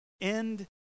end